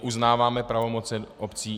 Uznáváme pravomoci obcí.